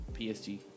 PSG